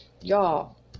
y'all